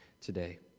today